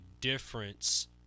difference